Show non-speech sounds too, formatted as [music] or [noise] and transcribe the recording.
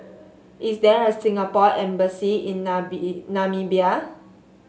is there a Singapore Embassy in [unintelligible] Namibia